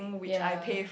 ya